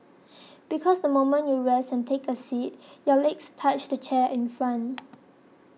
because the moment you rest and take a seat your legs touch the chair in front